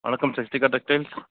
வணக்கம் சிஸ்டிக்கா டெக்ஸ்டைல்ஸ்